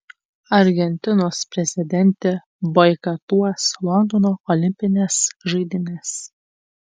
argentinos prezidentė boikotuos londono olimpines žaidynes